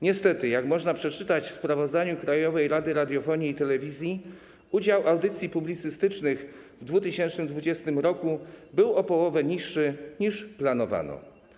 Niestety, jak można przeczytać w sprawozdaniu Krajowej Rady Radiofonii i Telewizji, udział audycji publicystycznych w 2020 r. był o połowę niższy, niż planowano.